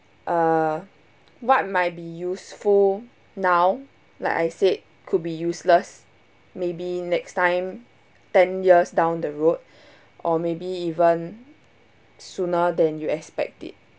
uh what might be useful now like I said could be useless maybe next time ten years down the road or maybe even sooner than you expect it